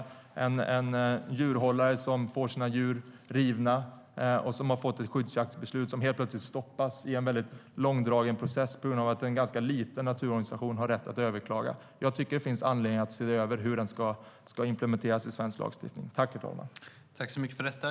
Det kan vara en djurhållare som får sina djur rivna och som har fått ett skyddsjaktsbeslut, vilket helt plötsligt stoppas i en väldigt långdragen process på grund av att en ganska liten naturorganisation har rätt att överklaga. Jag tycker att det finns anledning att se över hur konventionen ska implementeras i svensk lagstiftning.